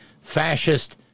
fascist